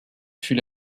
fut